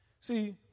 See